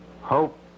Hope